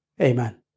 Amen